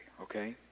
okay